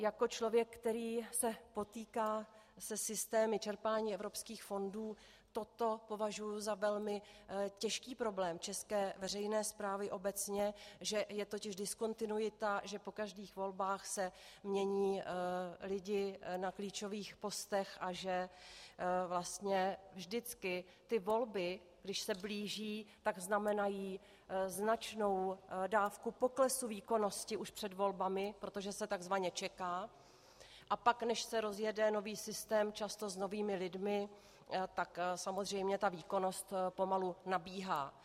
Jako člověk, který se potýká se systémy čerpání evropských fondů, toto považuji za velmi těžký problém české veřejné správy obecně, že totiž je diskontinuita, že po každých volbách se mění lidé na klíčových postech a že vlastně vždycky volby, když se blíží, znamenají značnou dávku poklesu výkonnosti už před volbami, protože se takzvaně čeká, a pak, než se rozjede nový systém často s novými lidmi, tak samozřejmě výkonnost pomalu nabíhá.